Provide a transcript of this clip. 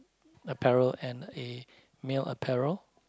apparel and a male apparel